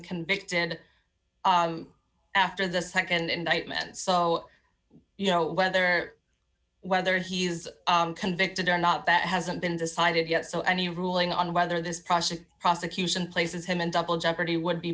convicted and after the nd indictment so you know whether whether he is convicted or not that hasn't been decided yet so any ruling on whether this process prosecution places him in double jeopardy would